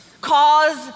cause